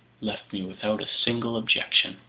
left me without a single objection.